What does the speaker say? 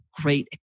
great